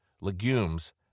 legumes